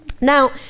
Now